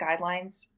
guidelines